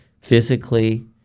physically